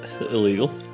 Illegal